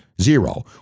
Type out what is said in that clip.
Zero